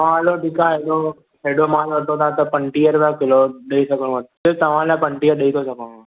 हा हलो ठीकु आहे हेॾो हेॾो महिल वठो था त पंटीह रुपिया किलो ॾेई सघंदो आहे सिर्फ़ु तव्हां लाइ पंटीह रुपिया ॾेई थो सघां